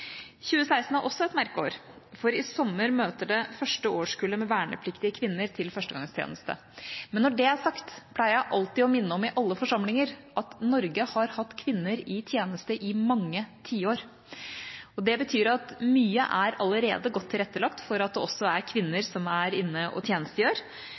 2016 er også et merkeår, for i sommer møter det første årskullet med vernepliktige kvinner til førstegangstjeneste. Men når det er sagt, pleier jeg alltid å minne om, i alle forsamlinger, at Norge har hatt kvinner i tjeneste i mange tiår. Det betyr at mye er allerede godt tilrettelagt for at det også er kvinner som er inne og tjenestegjør,